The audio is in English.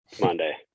monday